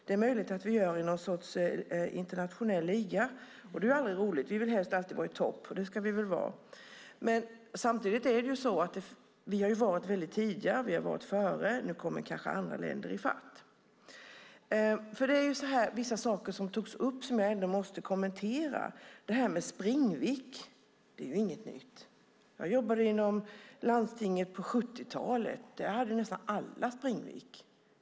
Det är möjligt att vi gör det i någon sorts internationell liga, och det är aldrig roligt. Vi vill helst alltid vara i topp, och det ska vi väl vara. Samtidigt är det så att vi har varit väldigt tidiga. Vi har varit före, och nu kommer kanske andra länder i kapp. Vissa saker som togs upp måste jag ändå kommentera. Det här med springvick är inget nytt. Jag jobbade inom landstinget på 70-talet, och där hade nästan alla springvick.